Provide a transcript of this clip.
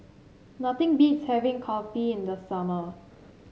nothing beats having Kulfi in the summer